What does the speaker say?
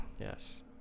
Yes